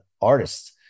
artists